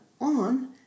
on